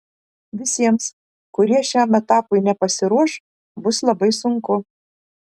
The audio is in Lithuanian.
visiems kurie šiam etapui nepasiruoš bus labai sunku